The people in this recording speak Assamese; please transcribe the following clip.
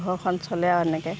ঘৰখন চলে আৰু এনেকৈ